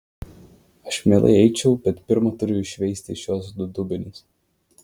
aš mielai eičiau bet pirma turiu iššveisti šiuos du dubenis